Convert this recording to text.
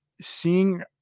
seeing